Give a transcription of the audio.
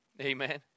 Amen